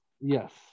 Yes